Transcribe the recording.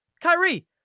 Kyrie